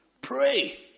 pray